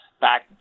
back